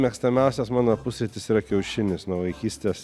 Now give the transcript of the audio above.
mėgstamiausias mano pusrytis yra kiaušinis nuo vaikystės